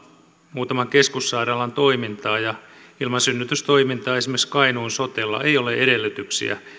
muutaman keskussairaalan toimintaa ja ilman synnytystoimintaa esimerkiksi kainuun sotella ei ole edellytyksiä